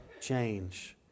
change